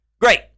great